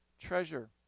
treasure